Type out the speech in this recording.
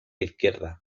izquierda